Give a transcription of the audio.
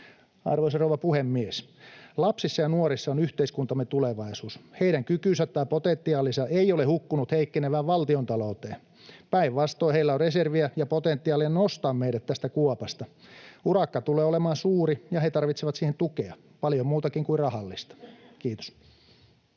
Arvoisa rouva puhemies! Lapsissa ja nuorissa on yhteiskuntamme tulevaisuus. Heidän kykynsä tai potentiaalinsa eivät ole hukkuneet heikkenevään valtiontalouteen. Päinvastoin heillä on reserviä ja potentiaalia nostaa meidät tästä kuopasta. Urakka tulee olemaan suuri, ja he tarvitsevat siihen tukea, paljon muutakin kuin rahallista. — Kiitos.